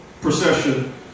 procession